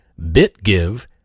BitGive